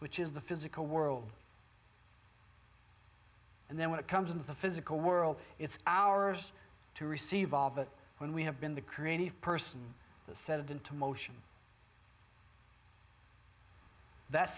which is the physical world and then when it comes into the physical world it's ours to receive all that when we have been the creative person said into motion that